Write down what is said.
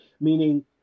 meaning